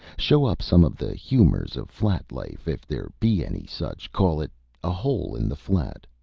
show up some of the humors of flat life, if there be any such, call it a hole in the flat,